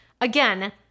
again